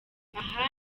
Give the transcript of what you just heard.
aha